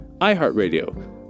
iHeartRadio